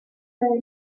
her